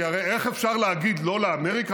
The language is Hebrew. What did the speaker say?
כי הרי איך אפשר להגיד לא לאמריקה?